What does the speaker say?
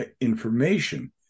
Information